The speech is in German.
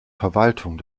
verwaltung